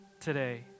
today